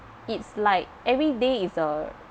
it's like everyday is a